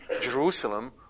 Jerusalem